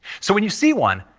so when you see one,